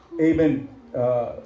amen